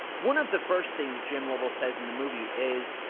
one of the first things jim lovell says in the movie is,